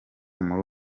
muri